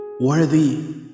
worthy